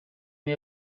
mie